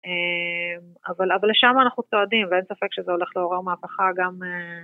אבל לשם אנחנו צועדים, ואין ספק שזה הולך לעורר מהפכה גם...